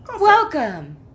Welcome